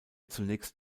zunächst